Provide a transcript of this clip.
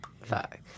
Fuck